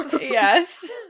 Yes